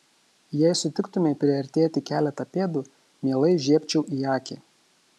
jei sutiktumei priartėti keletą pėdų mielai žiebčiau į akį